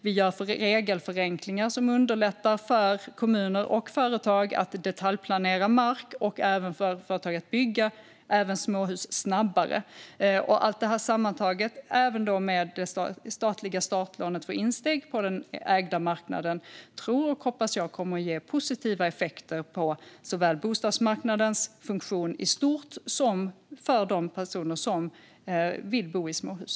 Vi gör regelförenklingar som underlättar för kommuner och företag att detaljplanera mark och för företag att bygga, även småhus, snabbare. Allt detta sammantaget, även det statliga startlånet för insteg på den ägda marknaden, tror och hoppas jag kommer att ge positiva effekter för såväl bostadsmarknadens funktion i stort som för de personer som vill bo i småhus.